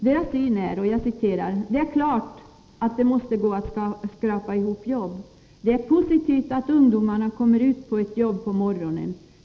Man säger: ”Det är klart att det måste gå att skrapa ihop jobb. Det är positivt att ungdomarna kommer ut på ett jobb på morgonen.